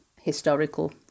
historical